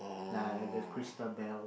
like there are crystal bell